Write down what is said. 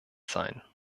sein